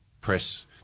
press